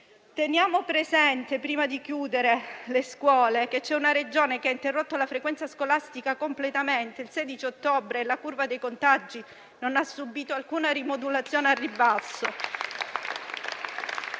Teniamo presente, prima di chiudere le scuole, che c'è una Regione che ha interrotto la frequenza scolastica completamente, il 16 ottobre, e la curva dei contagi non ha subito alcuna rimodulazione al ribasso.